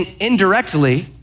indirectly